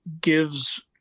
gives